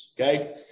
Okay